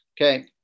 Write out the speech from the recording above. Okay